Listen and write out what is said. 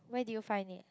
where did you find it